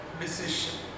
decision